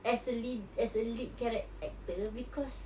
as a lead as a lead charac~ actor because